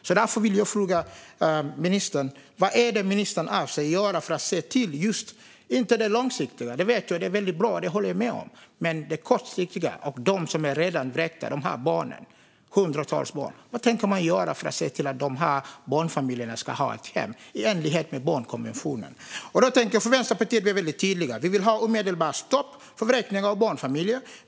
Det långsiktiga är bra, men vad avser ministern att göra för de hundratals barn som redan är vräkta? Vad tänker man göra för att dessa barn i enlighet med barnkonventionen ska få ett hem? Vänsterpartiet är tydligt. Vi vill ha ett omedelbart stopp för vräkning av barnfamiljer.